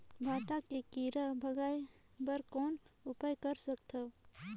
भांटा के कीरा भगाय बर कौन उपाय कर सकथव?